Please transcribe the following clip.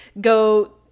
go